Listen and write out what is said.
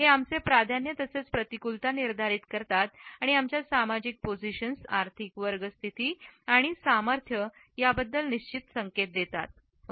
हे आमचे प्राधान्य तसेच प्रतिकूलता निर्धारित करते आणि आमच्या सामाजिक पोझिशन्स आर्थिक वर्ग स्थिती आणि सामर्थ्य याबद्दल निश्चित संकेत देतात